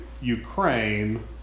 Ukraine